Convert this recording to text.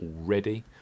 already